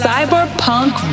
Cyberpunk